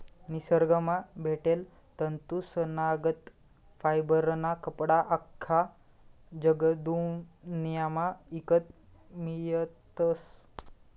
निसरगंमा भेटेल तंतूसनागत फायबरना कपडा आख्खा जगदुन्यामा ईकत मियतस